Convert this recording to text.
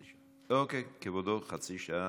אוקיי, כבודו, חצי שעה.